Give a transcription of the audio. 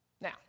Now